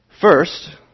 First